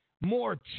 more